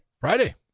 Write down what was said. friday